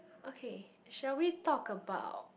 okay shall we talk about